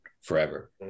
forever